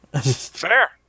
Fair